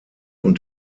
und